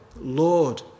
Lord